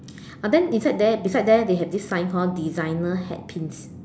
uh then inside there beside there they have this sign called designer hat pins